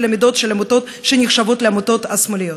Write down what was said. המידות של עמותות שנחשבות לעמותות שמאליות?